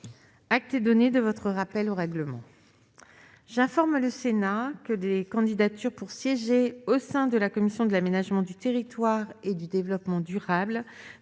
Acte vous est donné de ce rappel au règlement, mon cher collègue. J'informe le Sénat que des candidatures pour siéger au sein de la commission de l'aménagement du territoire et du développement durable,